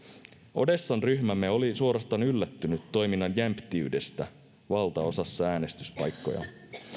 odessan ryhmämme oli suorastaan yllättynyt toiminnan jämptiydestä valtaosassa äänestyspaikkoja